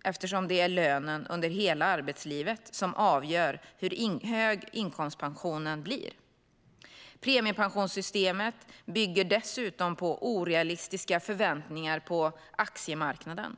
eftersom det är lönen under hela arbetslivet som avgör hur hög inkomstpensionen blir. Premiepensionssystemet bygger dessutom på orealistiska förväntningar på aktiemarknaden.